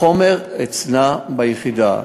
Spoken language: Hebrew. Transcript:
החומר אצלם ביחידה.